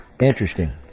Interesting